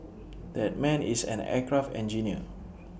that man is an aircraft engineer